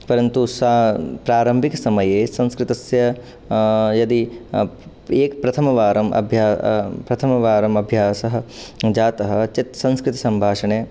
परन्तु सा प्रारम्भिकसमये संस्कृतस्य यदि प्रथमवारम् अभ्या प्रथमवारम् अभ्यासः जातः चेत् संस्कृतसम्भाषणे